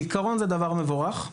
בעיקרון זה דבר מבורך.